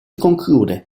conclude